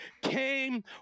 came